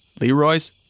Leroy's